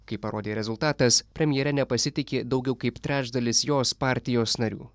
kaip parodė rezultatas premjere nepasitiki daugiau kaip trečdalis jos partijos narių